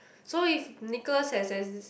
so if Nicholas has has